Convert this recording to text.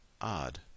odd